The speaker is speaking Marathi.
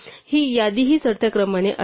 ही यादीही चढत्या क्रमाने असेल